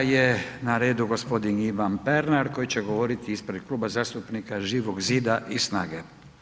Sada je na redu gospodin Ivan Pernar koji će govoriti ispred Kluba zastupnika Živog zida i Snage.